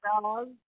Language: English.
dog